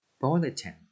Bulletin